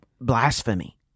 blasphemy